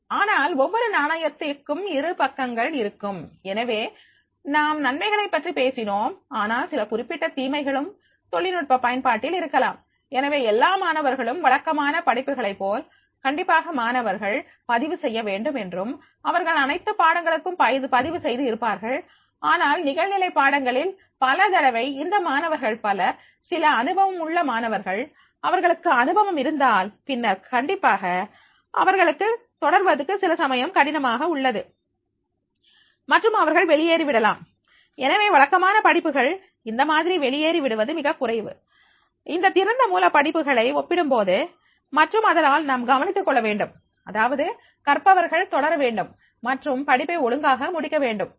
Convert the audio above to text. ஆனால் ஒவ்வொரு நாணயத்திற்கும் இரு பக்கங்கள் இருக்கும் எனவே நாம் நன்மைகளைப் பற்றி பேசினோம் ஆனால் சில குறிப்பிட்ட தீமைகளும் தொழில்நுட்ப பயன்பாட்டில் இருக்கலாம் எனவே எல்லா மாணவர்களும் வழக்கமான படிப்புகளை போல் கண்டிப்பாக மாணவர்கள் பதிவு செய்ய வேண்டும் என்றும் அவர்கள் அனைத்து பாடங்களுக்கும் பதிவு செய்து இருப்பார்கள் ஆனால் நிகழ்நிலை பாடங்களில் பலதடவை இந்த மாணவர்கள் பலர் சில அனுபவம் உள்ள மாணவர்கள் அவர்களுக்கு அனுபவம் இருந்தால் பின்னர் கண்டிப்பாக அவர்களுக்கு தொடர்வதற்கு சில சமயம் கடினமாக உள்ளது மற்றும் அவர்கள் வெளியேறி விடலாம் எனவே வழக்கமான படிப்புகளில் இந்த மாதிரி வெளியேறி விடுவது மிகக்குறைவு இந்த திறந்த மூல படிப்புகளை ஒப்பிடும்போது மற்றும் அதனால் நாம் கவனித்துக் கொள்ளவேண்டும் அதாவது கற்பவர்கள் தொடர வேண்டும் மற்றும் படிப்பை ஒழுங்காக முடிக்க வேண்டும்